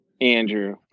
Andrew